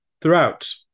throughout